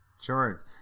Sure